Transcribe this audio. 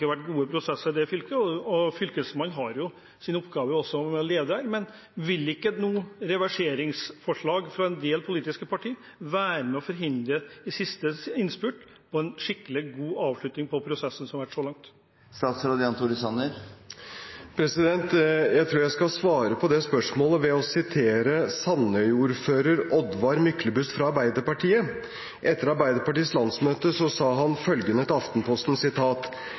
vært gode prosesser i det fylket, og fylkesmannen har jo sin oppgave også som leder. Men vil ikke reverseringsforslag nå fra en del politiske partier være med og forhindre en siste innspurt og en skikkelig god avslutning på prosessen som har vært så langt? Jeg tror jeg skal svare på det spørsmålet ved å sitere Sandøy-ordfører Oddvar Myklebust fra Arbeiderpartiet. Etter Arbeiderpartiets landsmøte sa han følgende til Aftenposten: